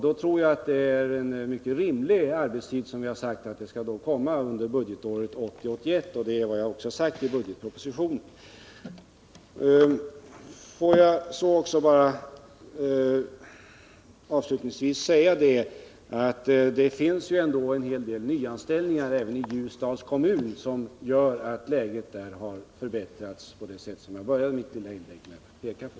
Jag tror därför att det är en mycket rimlig föresats att förslag skall läggas fram under budgetåret 1980/81, som jag också har sagt i budgetpropositionen. Får jag också avslutningsvis bara säga att det ändå finns en hel del nyanställningstillfällen även i Ljusdals kommun, vilket gör att läget där har förbättrats på det sätt som jag i mitt förra inlägg började med att peka på.